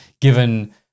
given